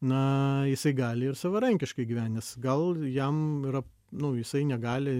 na jisai gali ir savarankiškai gyventi nes gal jam yra nu jisai negali